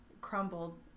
crumbled